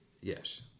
Yes